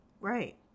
Right